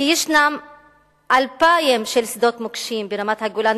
כי יש 2,000 שדות מוקשים ברמת-הגולן,